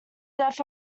death